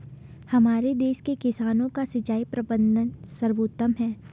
हमारे देश के किसानों का सिंचाई प्रबंधन सर्वोत्तम है